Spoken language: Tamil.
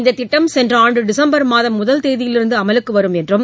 இந்த திட்டம் சென்ற ஆண்டு டிசம்பர் மாதம் முதல் தேதியிலிருந்து அமலுக்கு வரும் என்றும்